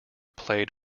played